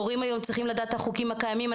הורים היום צריכים לדעת את החוקים הקיימים.